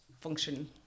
function